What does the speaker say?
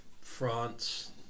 france